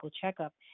checkup